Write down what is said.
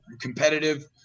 competitive